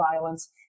violence